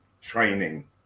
training